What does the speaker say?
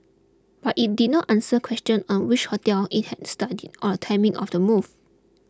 but it did not answer questions on which hotels it had studied or the timing of the move